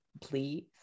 please